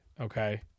okay